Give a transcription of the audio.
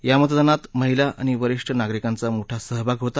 या मतदानात महिला आणि वरीष्ठ नागरिकांचा मोठा सहभाग होता